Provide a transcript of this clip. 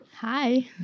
Hi